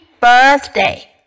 birthday